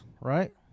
right